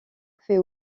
fait